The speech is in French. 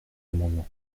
amendement